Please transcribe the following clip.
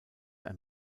ein